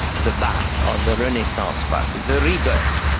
the ba'ath, or the renaissance party, the rebirth.